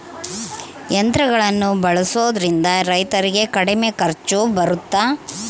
ಯಂತ್ರಗಳನ್ನ ಬಳಸೊದ್ರಿಂದ ರೈತರಿಗೆ ಕಡಿಮೆ ಖರ್ಚು ಬರುತ್ತಾ?